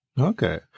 okay